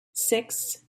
six